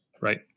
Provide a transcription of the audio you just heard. Right